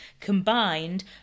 combined